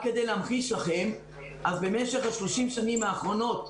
רק כדי להמחיש לכם, במשך ה-30 שנים האחרונות,